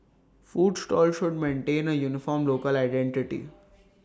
food stalls should maintain A uniform local identity